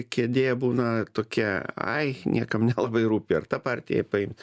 kėdė būna tokia ai niekam nelabai rūpi ar ta partija paimt